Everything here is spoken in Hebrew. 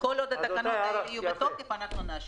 כל עוד התקנות האלה תהיינה בתוקף, אנחנו נאשר.